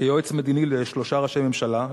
כיועץ מדיני לשלושה ראשי ממשלה,